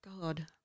God